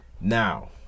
now